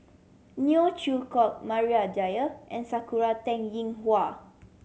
Neo Chwee Kok Maria Dyer and Sakura Teng Ying Hua